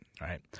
Right